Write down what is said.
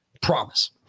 Promise